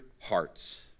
hearts